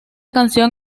canción